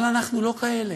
אבל אנחנו לא כאלה.